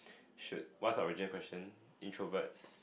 shoot what's the original question introverts